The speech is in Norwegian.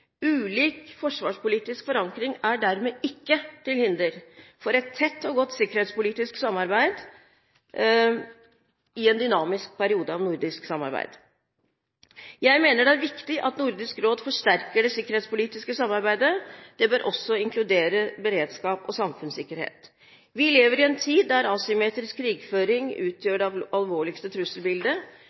Ulik forsvarspolitisk forankring er dermed ikke til hinder for et tett og godt sikkerhetspolitisk samarbeid i en dynamisk periode av nordisk samarbeid. Jeg mener det er viktig at Nordisk råd forsterker det sikkerhetspolitiske samarbeidet. Det bør også inkludere beredskap og samfunnssikkerhet. Vi lever i en tid der asymmetrisk krigføring utgjør det alvorligste trusselbildet.